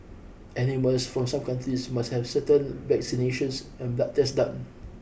animals from some countries must have certain vaccinations and blood tests done